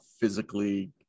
physically